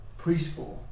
preschool